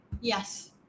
Yes